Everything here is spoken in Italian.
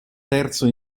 terzo